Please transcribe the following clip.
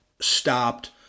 stopped